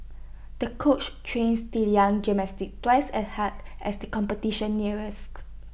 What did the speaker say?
the coach trains the young gymnast twice as hard as the competition nearest